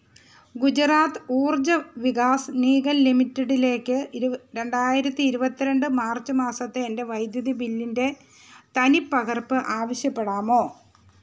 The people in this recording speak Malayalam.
ഗുജറാത്ത് ഊർജ വികാസ് നീഗം ലിമിറ്റഡിലേക്ക് രണ്ടായിരത്തി ഇരുപത്തി രണ്ട് മാർച്ച് മാസത്തെ എൻ്റെ വൈദ്യുതി ബില്ലിൻ്റെ തനിപ്പകർപ്പ് ആവശ്യപ്പെടാമോ